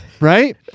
Right